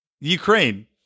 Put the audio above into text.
Ukraine